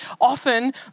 often